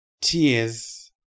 tears